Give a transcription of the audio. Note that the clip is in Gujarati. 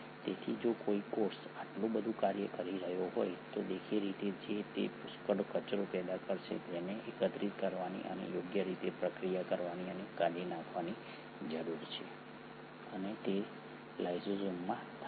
તેથી જો કોઈ કોષ આટલું બધું કાર્ય કરી રહ્યો હોય તો દેખીતી રીતે જ તે પુષ્કળ કચરો પેદા કરશે જેને એકત્રિત કરવાની અને યોગ્ય રીતે પ્રક્રિયા કરવાની અને કાઢી નાખવાની જરૂર છે અને તે લાઇસોસોમમાં થાય છે